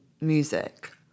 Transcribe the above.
music